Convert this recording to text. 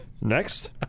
Next